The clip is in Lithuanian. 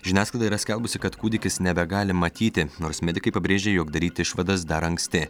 žiniasklaida yra skelbusi kad kūdikis nebegali matyti nors medikai pabrėžė jog daryti išvadas dar anksti